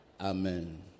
Amen